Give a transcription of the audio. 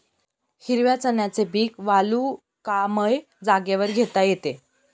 हिरव्या चण्याचे पीक वालुकामय जागेवर घेता येते